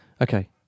Okay